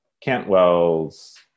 Cantwell's